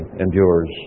endures